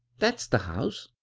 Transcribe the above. that's the house